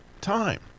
time